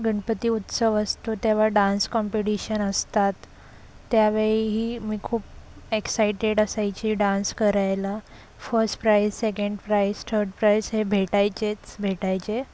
गणपती उत्सव असतो तेव्हां डान्स कॉम्पिटिशन असतात त्यावेळीही मी खूप एक्साइटेड असायची डान्स करायला first prize second prize third prize हे भेटायचेच भेटायचे